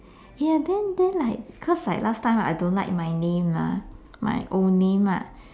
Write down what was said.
ya then then like cause like last time I don't like my name mah my old name lah